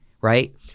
right